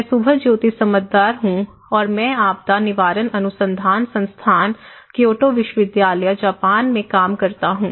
मैं सुभज्योति समददार हूं और मैं आपदा निवारण अनुसंधान संस्थान क्योटो विश्वविद्यालय जापान में काम करता हूं